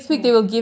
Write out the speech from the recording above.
no